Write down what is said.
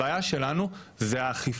הבעיה שלנו זה האכיפה.